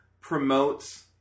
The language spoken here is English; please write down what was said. promotes